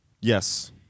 Yes